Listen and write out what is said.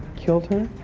killed her.